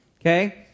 okay